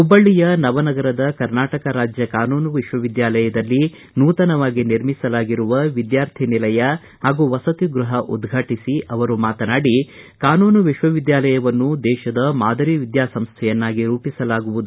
ಹುಬ್ಬಳ್ಳಯ ನವನಗರದ ಕರ್ನಾಟಕ ರಾಜ್ಯ ಕಾನೂನು ವಿಶ್ವವಿದ್ಯಾಲಯದಲ್ಲಿ ನೂತನವಾಗಿ ನಿರ್ಮಿಸಲಾಗಿರುವ ವಿದ್ಯಾರ್ಥಿ ನಿಲಯ ಹಾಗೂ ವಸತಿ ಗೃಹ ಉದ್ರಾಟಸಿ ಅವರು ಮಾತನಾಡಿ ಕಾನೂನು ವಿಶ್ವವಿದ್ಯಾಲಯವನ್ನು ದೇತದ ಮಾದರಿ ವಿದ್ಯಾಸಂಸ್ಥೆಯನ್ನಾಗಿ ರೂಪಿಸಲಾಗುವುದು